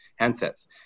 handsets